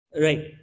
right